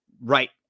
right